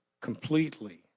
completely